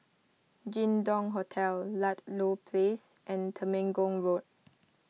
Jin Dong Hotel Ludlow Place and Temenggong Road